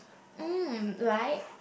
mm like